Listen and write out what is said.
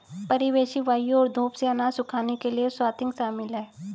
परिवेशी वायु और धूप से अनाज सुखाने के लिए स्वाथिंग शामिल है